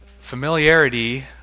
Familiarity